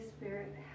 Spirit